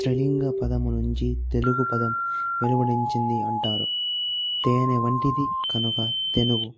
త్రిలింగ పదము నుంచి తెలుగు పదం వెలువరించింది అంటారు తేనె వంటిది కనుక తెనుగు